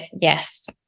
Yes